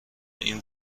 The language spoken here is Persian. این